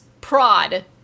prod